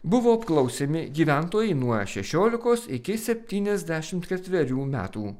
buvo apklausiami gyventojai nuo šešiolikos iki septyniasdešimt ketverių metų